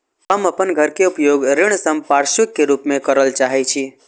हम अपन घर के उपयोग ऋण संपार्श्विक के रूप में करल चाहि छी